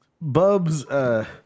Bubs